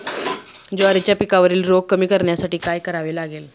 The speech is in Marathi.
ज्वारीच्या पिकावरील रोग कमी करण्यासाठी काय करावे लागेल?